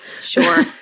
sure